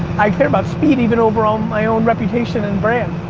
i care about speed even over um my own reputation and brand.